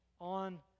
on